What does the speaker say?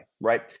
right